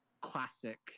classic